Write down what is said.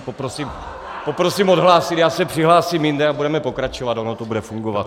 Poprosím odhlásit, já se přihlásím jinde a budeme pokračovat, ono to bude fungovat.